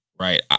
Right